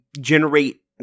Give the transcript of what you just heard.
generate